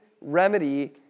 remedy